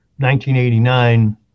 1989